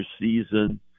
season